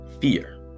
fear